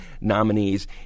nominees